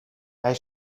hij